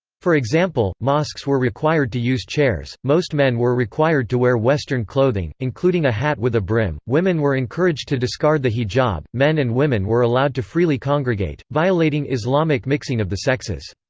for example, mosques were required to use chairs most men were required to wear western clothing, including a hat with a brim women were encouraged to discard the hijab men and women were allowed to freely congregate, violating islamic mixing of the sexes.